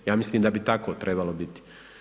Ja mislim da bi tako trebalo biti.